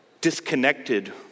disconnected